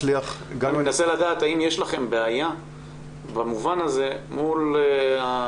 אני מנסה לדעת האם יש לכם בעיה במובן הזה מול התאגידים.